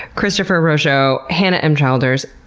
christopher rougeux, hanna m childers,